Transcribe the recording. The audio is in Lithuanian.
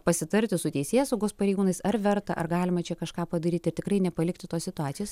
pasitarti su teisėsaugos pareigūnais ar verta ar galima čia kažką padaryt ir tikrai nepalikti tos situacijos